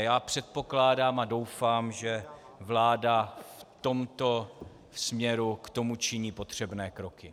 Já předpokládám a doufám, že vláda v tomto směru k tomu činí potřebné kroky.